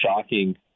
shocking